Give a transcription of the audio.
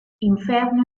inferno